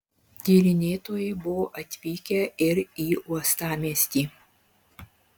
tyrinėtojai buvo atvykę ir į uostamiestį